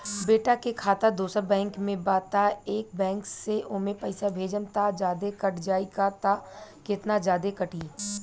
बेटा के खाता दोसर बैंक में बा त ए बैंक से ओमे पैसा भेजम त जादे कट जायी का त केतना जादे कटी?